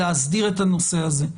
להסדיר את הנושא הזה.